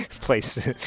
place